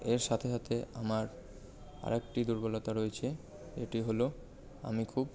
এর সাথে সাথে আমার আর একটি দুর্বলতা রয়েছে এটি হল আমি খুব